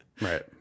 Right